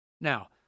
Now